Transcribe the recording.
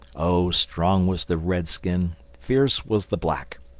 oh, strong was the red-skin fierce was the black.